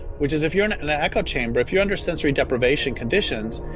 which is if you're an and echo chamber, if you're under sensory deprivation conditions,